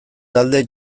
talde